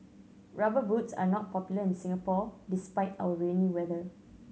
Rubber Boots are not popular in Singapore despite our rainy weather